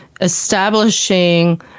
establishing